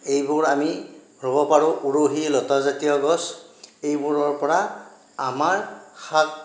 এইবোৰ আমি ৰোৱ পাৰোঁ উৰহি লতা জাতীয় গছ এইবোৰৰ পৰা আমাৰ শাক